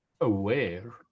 aware